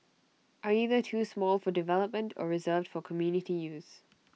are either too small for development or reserved for community use